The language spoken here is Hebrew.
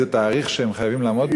איזה תאריך שהם חייבים לעמוד בזה?